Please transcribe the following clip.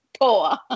poor